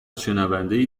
شنونده